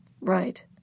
Right